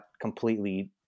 completely